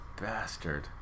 bastard